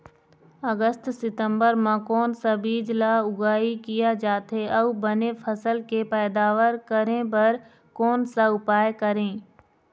अगस्त सितंबर म कोन सा बीज ला उगाई किया जाथे, अऊ बने फसल के पैदावर करें बर कोन सा उपाय करें?